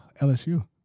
LSU